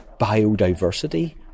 biodiversity